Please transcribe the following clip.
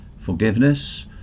forgiveness